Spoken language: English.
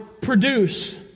produce